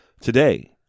Today